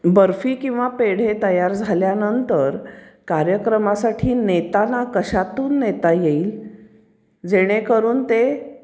बर्फी किंवा पेढे तयार झाल्यानंतर कार्यक्रमासाठी नेताना कशातून नेता येईल जेणेकरून ते